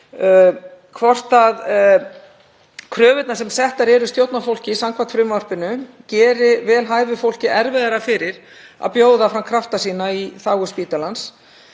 hvort kröfurnar sem settar eru stjórnarfólki samkvæmt frumvarpinu geri vel hæfu fólki erfiðara fyrir að bjóða fram krafta sína í þágu spítalans.